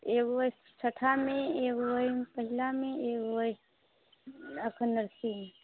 एगो अछि छठामे एगो यऽ पहिलामे एगो यऽ अखन नर्सरीमे